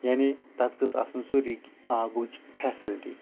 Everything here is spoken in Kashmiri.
یعنے تَتھ گژھِ آسٕنۍ ضروٗری آبٕچ فیٚسلٹی